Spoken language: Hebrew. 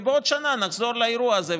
ובעוד שנה נחזור לאירוע הזה,